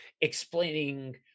explaining